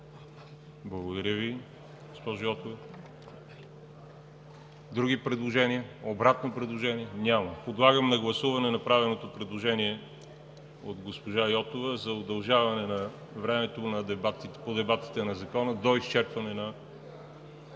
Благодаря Ви, госпожо Йотова. Други предложения? Обратно предложение? Няма. Подлагам на гласуване направеното предложение от госпожа Йотова за удължаване на времето по дебатите на Закона до изчерпване на